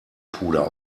puder